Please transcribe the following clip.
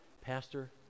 Pastor